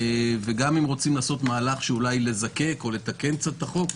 וגם אם רוצים לעשות מהלך של לזקק או לתקן קצת את החוק,